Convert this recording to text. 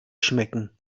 schmecken